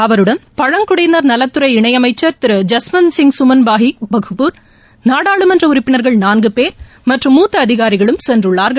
அவருடன் பழங்குடியினர் நலத்துறை இணையமைச்சர் திரு ஜஸ்வந்த் சிங் சுமன் பாகி பகபூர் நாடாளுமன்ற உறுப்பினர்கள் நான்கு பேர் மற்றும் மூத்த அதிகாரிகளும் சென்றுள்ளார்கள்